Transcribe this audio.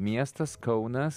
miestas kaunas